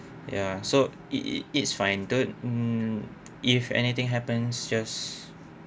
ya so it it it's fine don't mm if anything happens just